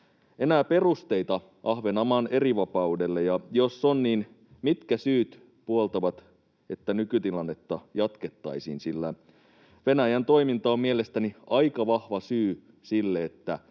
enää perusteita Ahvenanmaan erivapaudelle, ja jos on, niin mitkä syyt puoltavat, että nykytilannetta jatkettaisiin, sillä Venäjän toiminta on mielestäni aika vahva syy sille,